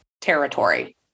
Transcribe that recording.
territory